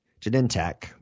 Genentech